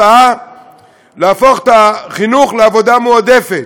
הצעה להפוך את החינוך לעבודה מועדפת.